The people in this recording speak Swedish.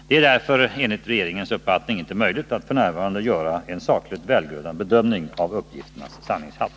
Det är därför enligt regeringens uppfattning inte möjligt att f.n. göra en sakligt välgrundad bedömning av uppgifternas sanningshalt.